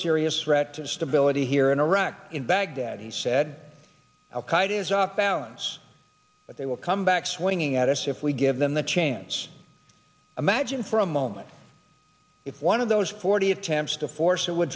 serious threat to stability here in iraq in baghdad he said al qaeda is off balance but they will come back swinging at us if we give them the chance of magine for a moment if one of those forty attempts to force it would